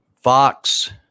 Fox